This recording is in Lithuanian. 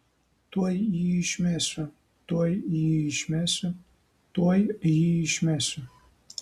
tuoj jį išmesiu tuoj jį išmesiu tuoj jį išmesiu